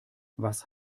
was